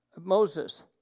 Moses